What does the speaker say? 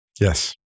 Yes